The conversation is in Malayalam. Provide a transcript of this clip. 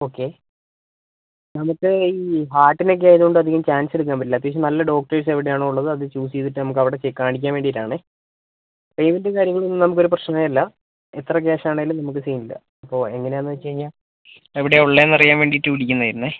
ഓക്കെ നമുക്ക് ഈ ഹാർട്ടിന് ഒക്കെ ആയതുകൊണ്ട് അധികം ചാൻസ് എടുക്കാൻ പറ്റില്ല അത്യാവശ്യം നല്ല ഡോക്ടേഴ്സ് എവിടെയാണോ ഉള്ളത് അത് ചൂസ് ചെയ്തിട്ട് നമുക്ക് അവിടെ കാണിക്കാൻ വേണ്ടിയിട്ട് ആണേ പേയ്മെൻറ്റും കാര്യങ്ങളും നമുക്ക് ഒരു പ്രശ്നമേ അല്ല എത്ര ക്യാഷ് ആണെങ്കിലും നമുക്ക് സീൻ ഇല്ല ഇപ്പം എങ്ങനെയാണെന്ന് വെച്ച് കഴിഞ്ഞാൽ എവിടെയാണ് ഉള്ളതെന്ന് അറിയാൻ വേണ്ടിയിട്ട് വിളിക്കുന്നത് ആയിരുന്നേ